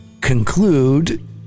conclude